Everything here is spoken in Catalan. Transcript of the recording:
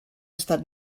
estat